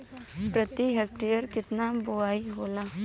प्रति हेक्टेयर केतना बुआई होला?